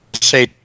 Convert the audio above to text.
say